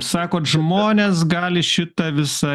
sakot žmonės gali šitą visą